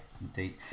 indeed